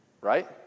right